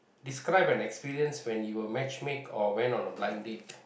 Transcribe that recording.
describe an experience when you were match make or went on a blind date